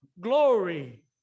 glory